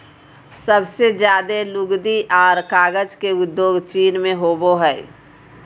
सबसे ज्यादे लुगदी आर कागज के उद्योग चीन मे होवो हय